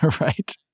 Right